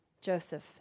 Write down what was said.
Joseph